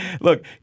Look